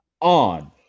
on